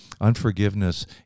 unforgiveness